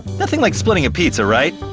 nothing like splitting a pizza, right?